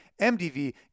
MDV